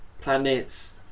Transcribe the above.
planets